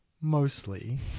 mostly